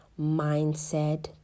mindset